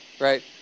right